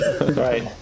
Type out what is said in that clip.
Right